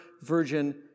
virgin